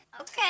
okay